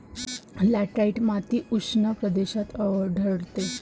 laterite माती उष्ण प्रदेशात आढळते